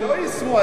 הם לא יישמו אותו,